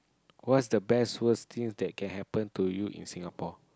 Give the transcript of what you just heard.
what's the best worst things that can happen to you in Singapore